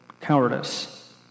cowardice